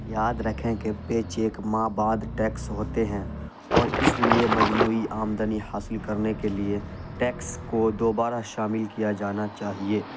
یاد رکھیں کہ پے چیک ما بعد ٹیکس ہوتے ہیں اور اس لیے مجموعی آمدنی حاصل کرنے کے لیے ٹیکس کو دوبارہ شامل کیا جانا چاہیے